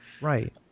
right